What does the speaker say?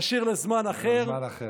נשאיר לזמן אחר,